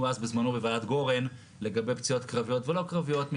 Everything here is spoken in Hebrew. אז בזמנו בוועדת גורן לגבי פציעות קרביות ולא קרביות,